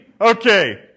Okay